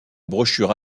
brochure